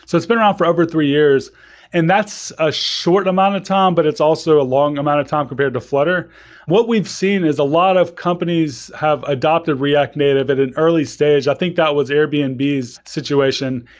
it's it's been around for over three years and that's a short amount of time, but it's also a long amount of time compared to flutter what we've seen is a lot of companies have adopted react native at an early stage. i think that was airbnb's situation.